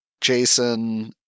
Jason